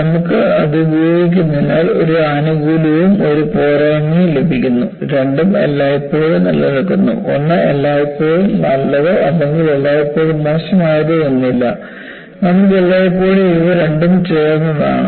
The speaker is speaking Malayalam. നമുക്ക് അത് ഉപയോഗിക്കുന്നതിനാൽ ഒരു ആനുകൂല്യവും ഒരു പോരായ്മയും ലഭിക്കുന്നു രണ്ടും എല്ലായ്പ്പോഴും നിലനിൽക്കുന്നു ഒന്ന് എല്ലായ്പ്പോഴും നല്ലതോ അല്ലെങ്കിൽ എപ്പോഴും മോശമായതോ എന്നില്ല നമുക്ക് എല്ലായ്പ്പോഴും ഇവ രണ്ടും ചേർന്നതാണ്